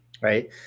right